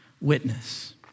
witness